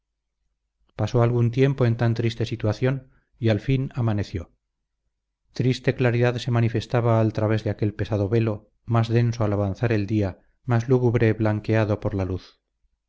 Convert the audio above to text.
pasó algún tiempo en tan triste situación y al fin amaneció triste claridad se manifestaba al través de aquel pesado velo más denso al avanzar el día más lúgubre blanqueado por la luz